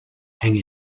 hang